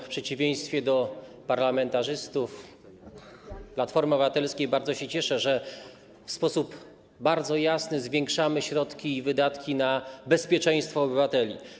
W przeciwieństwie do parlamentarzystów Platformy Obywatelskiej bardzo się cieszę, że w bardzo jasny sposób zwiększamy środki i wydatki na bezpieczeństwo obywateli.